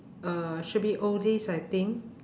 uh should be oldies I think